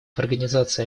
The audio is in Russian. организации